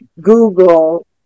Google